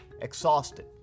Exhausted